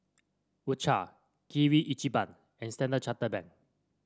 U Cha Kirin Ichiban and Standard Chartered Bank